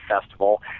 Festival